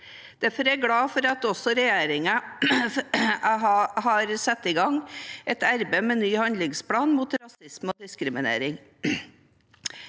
Derfor er jeg glad for at regjeringen også har satt i gang et arbeid med ny handlingsplan mot rasisme og diskriminering.